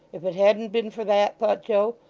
if it hadn't been for that thought joe,